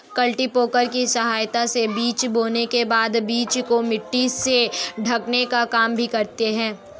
cultipacker की सहायता से बीज बोने के बाद बीज को मिट्टी से ढकने का काम भी करते है